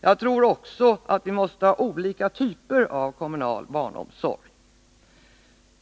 Jag tror också att vi måste ha olika typer av kommunal barnomsorg.